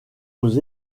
aux